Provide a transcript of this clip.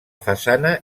façana